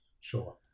sure